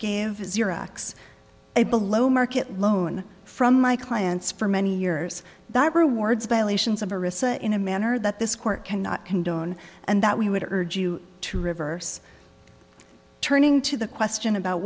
gave his xerox a below market loan from my clients for many years that rewards violations of a recess in a manner that this court cannot condone and that we would urge you to reverse turning to the question about